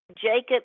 Jacob